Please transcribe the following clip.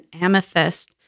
amethyst